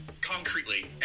concretely